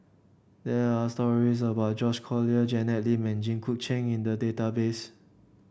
there are stories about George Collyer Janet Lim and Jit Koon Ch'ng in the database